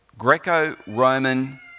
Greco-Roman